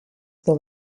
the